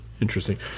interesting